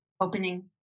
opening